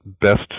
best